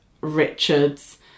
Richard's